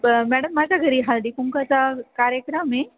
madam ब माझ्या घरी हळदीकुंकवाचा कार्यक्रम आहे